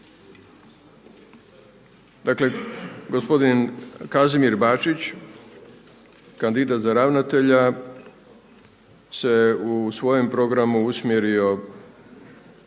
dakle gospodin Kazimir Bačić kandidat za ravnatelja se u svojem programu usmjerio